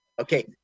Okay